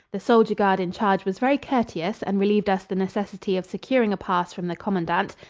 the soldier-guard in charge was very courteous and relieved us the necessity of securing a pass from the commandant,